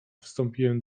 wstąpiłem